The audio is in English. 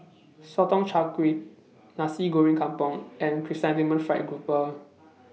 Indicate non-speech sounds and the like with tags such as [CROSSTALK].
[NOISE] Sotong Char Kway Nasi Goreng Kampung and Chrysanthemum Fried Garoupa